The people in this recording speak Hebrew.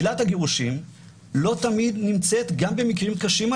עילת הגירושין לא תמיד נמצאת גם במקרים קשים.